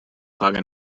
frage